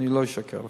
אני לא אשקר לך.